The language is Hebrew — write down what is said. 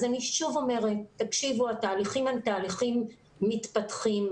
שוב אני אומרת שהתהליכים הם תהליכים מתפתחים.